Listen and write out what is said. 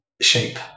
shape